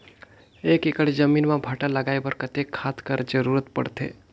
एक एकड़ जमीन म भांटा लगाय बर कतेक खाद कर जरूरत पड़थे?